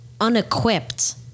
unequipped